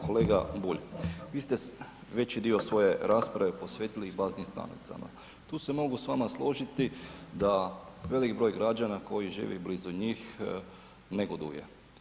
Kolega Bulj, vi ste veći dio svoje rasprave posvetili baznim stanicama, tu se mogu s vama složiti da velik broj građana koji živi blizu njih negoduje.